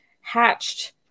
hatched